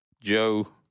Joe